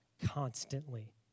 constantly